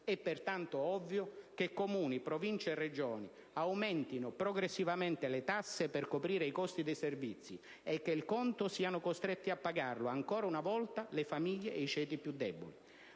È, pertanto, ovvio che Comuni, Province e Regioni aumentino progressivamente le tasse per coprire i costi dei servizi e che il conto siano costretti a pagarlo, ancora una volta, le famiglie e i ceti più deboli.